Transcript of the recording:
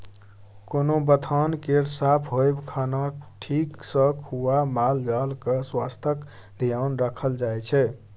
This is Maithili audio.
कोनो बथान केर साफ होएब, खाना ठीक सँ खुआ मालजालक स्वास्थ्यक धेआन राखल जाइ छै